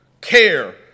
care